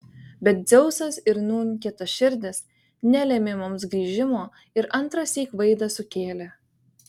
bet dzeusas ir nūn kietaširdis nelėmė mums grįžimo ir antrąsyk vaidą sukėlė